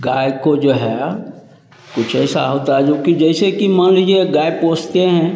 गाय को जो है कुछ ऐसा होता है जोकि जैसे कि मान लीजिए अगर गाय पोसते हैं